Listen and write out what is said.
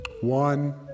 one